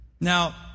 Now